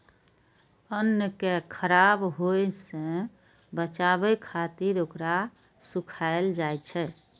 अन्न कें खराब होय सं बचाबै खातिर ओकरा सुखायल जाइ छै